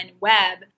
web